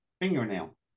fingernail